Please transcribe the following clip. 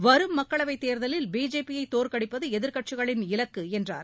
வரும் மக்களவைத் தேர்தலில் பிஜேபியை தோற்கடிப்பது எதிர்க்கட்சிகளின் இலக்கு என்றார்